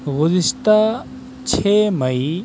گذشتہ چھ مئی